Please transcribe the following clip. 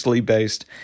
based